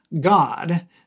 God